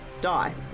die